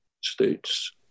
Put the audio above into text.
states